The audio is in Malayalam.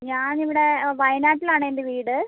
ഞാനിവിടെ വയനാട്ടിലാണെൻ്റെ വീട്